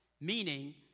Meaning